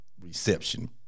reception